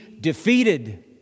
defeated